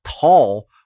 tall